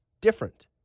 different